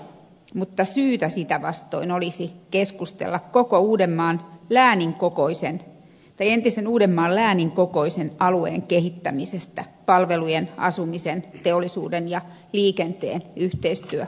mutta syytä sitä vastoin olisi keskustella koko entisen uudenmaan läänin kokoisen alueen kehittämisestä palvelujen asumisen teollisuuden ja liikenteen yhteistyöalueena